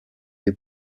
des